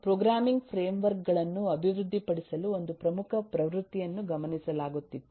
programming framework ಗಳನ್ನು ಅಭಿವೃದ್ಧಿಪಡಿಸಲು ಒಂದು ಪ್ರಮುಖ ಪ್ರವೃತ್ತಿಯನ್ನು ಗಮನಿಸಲಾಗುತ್ತಿತ್ತು